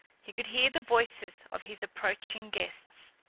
he could hear the voices of his approaching guests.